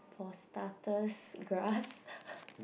prostrated gland